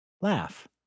Laugh